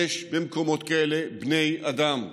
יש במקומות כאלה בני אדם.